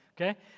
okay